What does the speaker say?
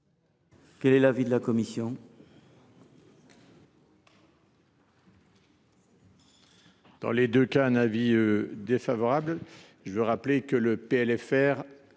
Quel est l’avis de la commission ?